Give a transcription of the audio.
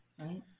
right